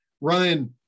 Ryan